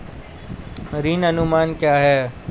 ऋण अनुमान क्या है?